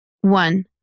One